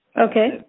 Okay